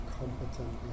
competent